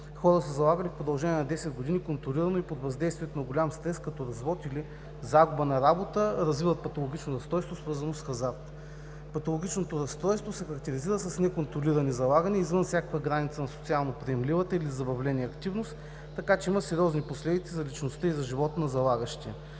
хора, залагали в продължение на 10 години, контролирано и под въздействието на голям стрес като развод или загуба на работа, развиват патологично разстройство, свързано с хазарт. Патологичното разстройство се характеризира с неконтролирани залагания, извън всякаква граница на социално-приемливата или за забавление активност, така че има сериозни последици за личността и за живота на залагащия.